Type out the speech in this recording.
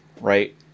right